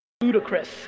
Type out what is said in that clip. ludicrous